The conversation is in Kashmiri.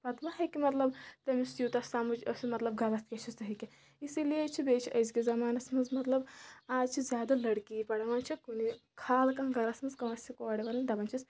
پَتہٕ مہ ہیٚکہِ مطلب تٔمِس یوٗتاہ سَمٕجھ ٲسِتھ مطلب غلط کیاہ چھِ صحیح کیاہ چُھ اسلیے چھِ بیٚیہِ چھِ أزکِس زَمانَس منٛز مطلب آز چھِ زیادٕ لٔڑکی پَران وۄنۍ چھِ کُنہِ خال کانٛہہ گَرَس منٛز کٲنٛسِہ کورِ وَنَان دَپَان چھِس